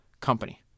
company